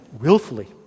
willfully